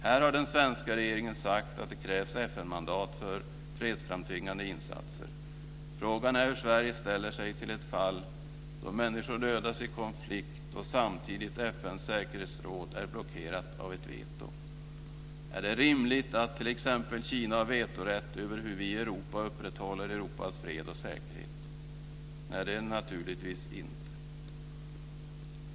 Här har den svenska regeringen sagt att det krävs FN-mandat för fredsframtvingande insatser. Frågan är hur Sverige ställer sig till ett fall då människor dödas i en konflikt och FN:s säkerhetsråd samtidigt är blockerat av ett veto. Är det rimligt att t.ex. Kina har vetorätt över hur vi i Europa upprätthåller Europas fred och säkerhet? Nej, det är det naturligtvis inte.